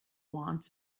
wants